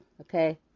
okay